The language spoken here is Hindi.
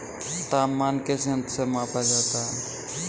तापमान किस यंत्र से मापा जाता है?